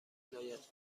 هدایت